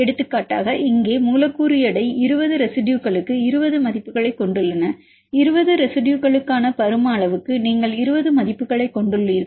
எடுத்துக்காட்டாக இங்கே மூலக்கூறு எடை 20 ரெசிடுயுகளுக்கு 20 மதிப்புகளைக் கொண்டுள்ளன 20 ரெசிடுயுகளுக்கான பரும அளவுக்கு நீங்கள் 20 மதிப்புகளைக் கொண்டுள்ளீர்கள்